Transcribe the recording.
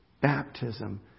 baptism